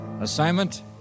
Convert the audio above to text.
Assignment